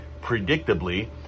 predictably